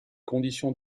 conditions